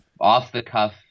off-the-cuff